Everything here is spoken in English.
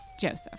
Joseph